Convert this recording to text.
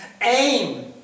Aim